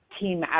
team